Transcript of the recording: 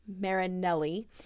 Marinelli